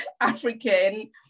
african